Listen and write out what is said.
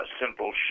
simple